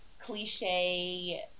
cliche